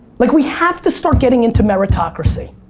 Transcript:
like we have to start getting into meritocracy.